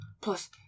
Plus